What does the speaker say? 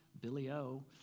Billy-O